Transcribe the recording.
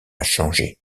changé